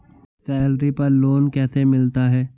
Salary पर loan कैसे मिलता है?